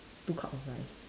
two cup of rice